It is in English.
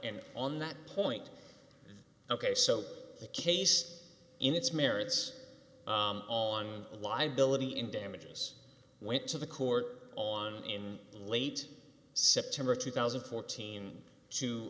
and on that point ok so the case in its merits on liability in damages went to the court on in late september two thousand and fourteen to